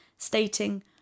Stating